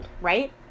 Right